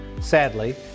Sadly